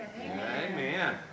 Amen